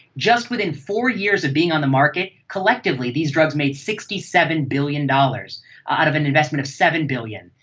just within four years of being on the market, collectively these drugs made sixty seven billion dollars out of an investment of seven billion